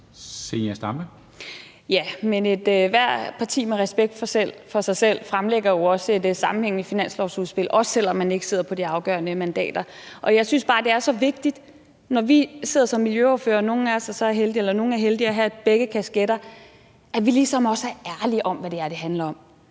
ethvert parti med respekt for sig selv fremlægger jo også et sammenhængende finanslovsudspil, også selv om man ikke sidder på de afgørende mandater. Jeg synes bare, det er så vigtigt, at vi, når vi sidder som miljøordførere – og nogle er heldige at have begge kasketter – ligesom også er ærlige om, hvad det her handler om.